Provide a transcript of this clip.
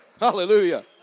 Hallelujah